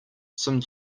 some